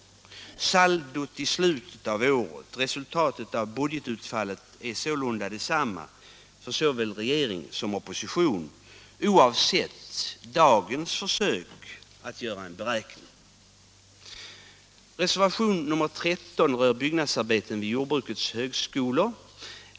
Saldot i slutet av året, resultatet av budgetutfallet, är sålunda detsamma för regeringen som för oppositionen, oavsett dagens försök att göra en beräkning. Reservationen 13 avser byggnadsarbeten vid jordbrukets högskolor.